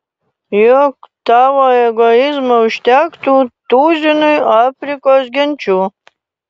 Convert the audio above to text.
juk tavo egoizmo užtektų tuzinui afrikos genčių